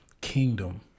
kingdom